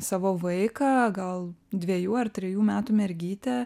savo vaiką gal dvejų ar trejų metų mergytę